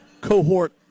cohort